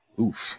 Oof